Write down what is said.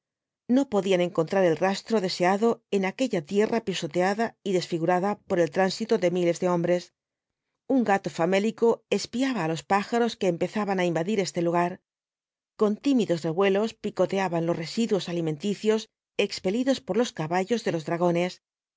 no podían encontrar el rastro deseado en aquella tierra pisoteada y desfigurada por el tránsito de miles de hombres un gato famélico espiaba á los pájaros que empezaban á invadir este lugar con tímidos revuelos picoteaban los residuos alimenticios expelidos por los caballos de los dragones